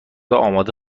آماده